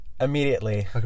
immediately